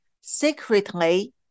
secretly